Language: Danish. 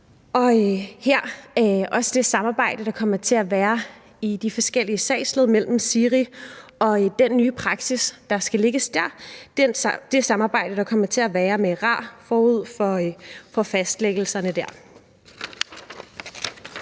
vigtigt med det samarbejde, der kommer til at være mellem de forskellige sagsled i SIRI om den nye praksis, der skal lægges der, og det samarbejde, der kommer til at være med RAR forud for fastlæggelserne.